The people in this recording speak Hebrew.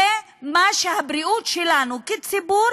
לזה הבריאות שלנו כציבור